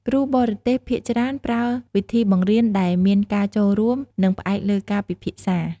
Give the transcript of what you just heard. គ្រូបរទេសភាគច្រើនប្រើវិធីបង្រៀនដែលមានការចូលរួម ឬផ្អែកលើការពិភាក្សា។